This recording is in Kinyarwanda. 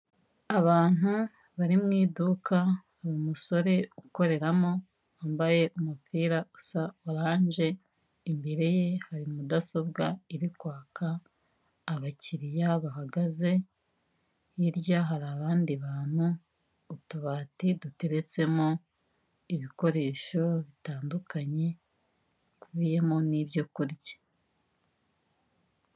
Abantu bari mu iduka, umusore ukoreramo wambaye umupira usa oranje, imbere ye hari mudasobwa iri kwaka, abakiriya bahagaze, hirya hari abandi bantu, utubati duteretsemo ibikoresho bitandukanye bikubiyemo n'ibyo kurya.